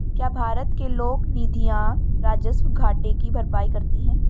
क्या भारत के लोक निधियां राजस्व घाटे की भरपाई करती हैं?